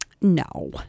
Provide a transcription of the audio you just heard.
no